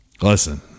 listen